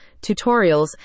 tutorials